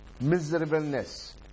Miserableness